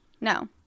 No